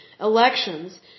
elections